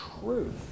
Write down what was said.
truth